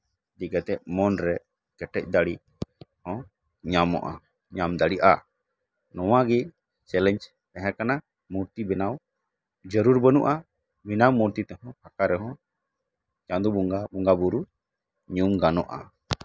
ᱤᱫᱤ ᱠᱟᱛᱮᱫ ᱢᱚᱱᱨᱮ ᱠᱮᱴᱮᱡ ᱫᱟᱲᱮ ᱦᱚᱸ ᱧᱟᱢᱚᱜᱼᱟ ᱧᱟᱢ ᱫᱟᱲᱮᱭᱟᱜᱼᱟ ᱱᱚᱶᱟᱜᱮ ᱪᱮᱞᱮᱧᱡᱽ ᱛᱟᱦᱮᱸ ᱠᱟᱱᱟ ᱢᱩᱨᱛᱤ ᱵᱮᱱᱟᱣ ᱡᱟᱹᱨᱩᱲ ᱵᱟᱹᱱᱩᱜᱼᱟ ᱵᱮᱱᱟᱣ ᱢᱩᱨᱛᱤ ᱨᱮᱦᱚᱸ ᱯᱷᱟᱸᱠᱟ ᱨᱮᱦᱚᱸ ᱪᱟᱸᱫᱳ ᱵᱚᱸᱜᱟ ᱵᱚᱸᱜᱟ ᱵᱩᱨᱩ ᱧᱩᱢ ᱜᱟᱱᱚᱜᱼᱟ